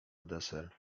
deser